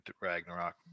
Ragnarok